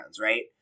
right